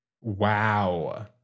Wow